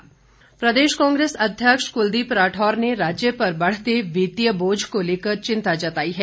कुलदीप राठौर प्रदेश कांग्रेस अध्यक्ष कलदीप राठौर ने राज्य पर बढ़ते वित्तीय बोझ को लेकर चिंता जताई है